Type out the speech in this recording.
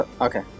okay